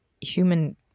human